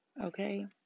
Okay